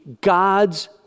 God's